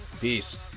Peace